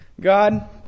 God